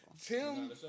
Tim